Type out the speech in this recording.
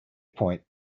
point